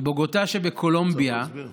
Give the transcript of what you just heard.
בבוגוטה שבקולומביה